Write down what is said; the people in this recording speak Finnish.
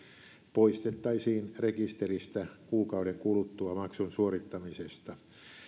poistettaisiin rekisteristä kuukauden kuluttua maksun suorittamisesta